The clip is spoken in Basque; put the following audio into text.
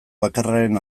bakarraren